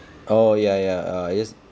oh ya ya err just